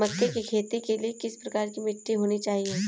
मक्के की खेती के लिए किस प्रकार की मिट्टी होनी चाहिए?